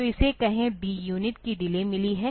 तो इसे कहे D यूनिट की डिले मिली है